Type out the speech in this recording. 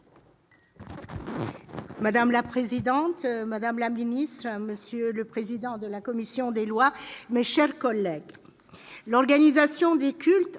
Madame la présidente, madame la ministre, monsieur le président de la commission des lois, mes chers collègues, l'organisation des cultes